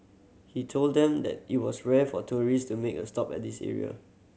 he told them that it was rare for tourist to make a stop at this area